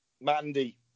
Mandy